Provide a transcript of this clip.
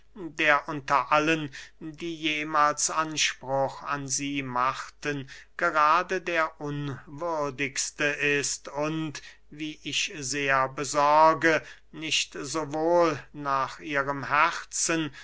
der unter allen die jemahls anspruch an sie machten gerade der unwürdigste ist und wie ich sehr besorge nicht sowohl nach ihrem herzen